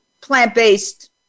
plant-based